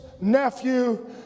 nephew